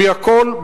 מהכול,